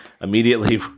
immediately